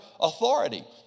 authority